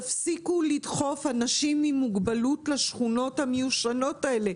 תפסיקו לדחוף אנשים עם מוגבלות לשכונות המיושנות האלה.